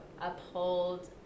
uphold